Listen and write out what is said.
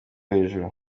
hejuru